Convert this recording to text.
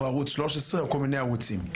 שלוש עשרה או כל מיני ערוצים,